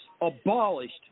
abolished